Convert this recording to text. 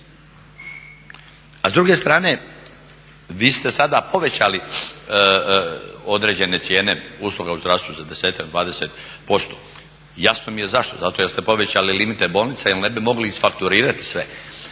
A s druge strane vi ste sada povećali određene cijene usluga u zdravstvu za 10-ak, 20%. Jasno mi je zašto, zato jer ste povećali limite bolnica jer ne bi mogli isfakturirati sve.